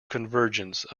convergence